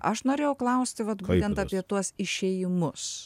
aš norėjau klausti vat būtent apie tuos išėjimus